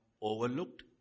overlooked